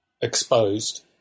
exposed